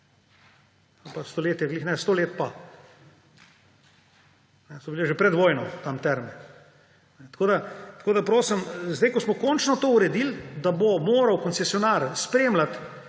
Stoletja ravno ne, 100 let pa, so bile že pred vojno tam terme. Prosim, zdaj ko smo končno to uredili, da bo moral koncesionar spremljati